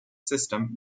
system